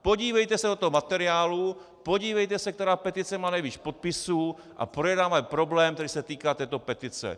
Podívejte se do toho materiálu, podívejte se, která petice má nejvíc podpisů, a projednáváme problém, který se týká této petice.